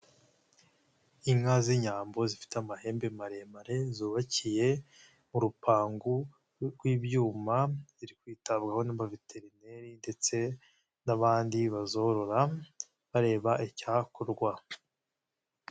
Inka z'inyambo zifite amahembe maremare zubakiye urupangu rw'ibyuma, ziri kwitabwaho n'abaveterineri ndetse n'abandi bazorora bareba icyakorwa.